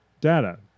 data